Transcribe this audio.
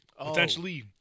Potentially